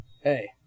Hey